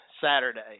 Saturday